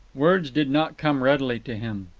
words did not come readily to him.